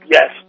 Yes